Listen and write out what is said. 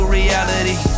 reality